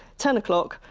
ten o'clock,